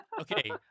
Okay